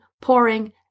pouring